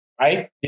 Right